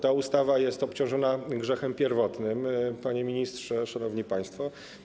Ta ustawa jest obciążona grzechem pierwotnym, panie ministrze, szanowni państwo.